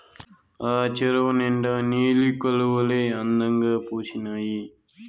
ఆ చెరువు నిండా నీలి కలవులే అందంగా పూసీనాయి